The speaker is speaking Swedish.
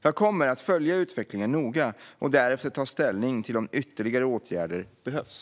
Jag kommer att följa utvecklingen noga och därefter ta ställning till om ytterligare åtgärder behövs.